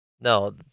No